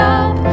up